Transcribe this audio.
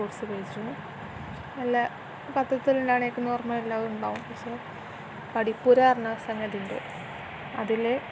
sports page നല്ല പത്രത്തിൽ എല്ലാം നൊർമ്മല് ഉണ്ടാവും പക്ഷെ പഠിപ്പുര പറഞ്ഞ സംഗതിയുണ്ട് അതിൽ